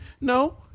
No